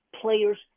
players